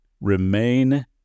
Remain